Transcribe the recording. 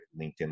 LinkedIn